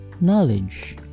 knowledge